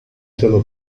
sono